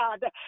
God